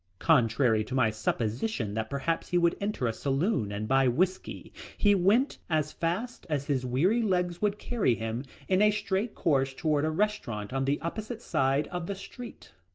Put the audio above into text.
contrary to my supposition that perhaps he would enter a saloon and buy whiskey he went as fast as his weary legs would carry him in a straight course toward a restaurant on the opposite side of the street.